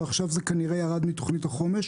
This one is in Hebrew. ועכשיו זה כנראה ירד מתוכנית החומש.